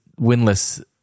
winless